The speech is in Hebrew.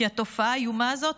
כי התופעה האיומה הזאת,